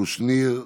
קושניר.